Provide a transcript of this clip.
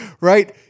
right